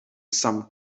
some